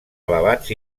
elevats